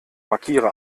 markiere